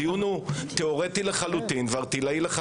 הדיון הוא תיאורטי וערטילאי לחלוטין.